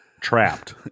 trapped